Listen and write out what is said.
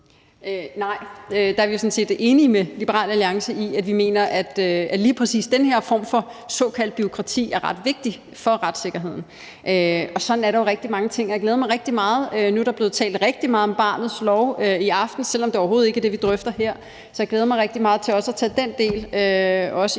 Nej, der er vi sådan set enige med Liberal Alliance. Vi mener, at lige præcis den her form for såkaldt bureaukrati er ret vigtig for retssikkerheden, og sådan er det jo med rigtig mange ting. Nu er der blevet talt rigtig meget om barnets lov i aften, selv om det overhovedet ikke er det, vi drøfter her, så jeg glæder mig rigtig meget til at tage den del, også i